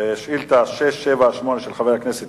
ותכולת הרכבי